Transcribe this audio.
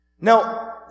Now